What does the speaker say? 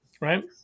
right